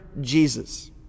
Jesus